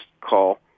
call